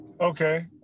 Okay